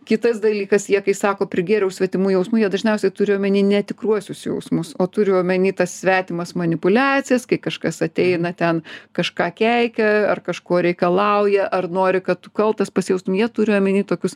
kitas dalykas jie kai sako prigėriau svetimų jausmų jie dažniausiai turi omeny ne tikruosius jausmus o turi omeny tas svetimas manipuliacijas kai kažkas ateina ten kažką keikia ar kažko reikalauja ar nori kad tu kaltas pasijaustum jie turi omeny tokius